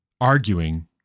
Arguing